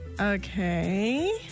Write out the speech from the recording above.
Okay